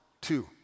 two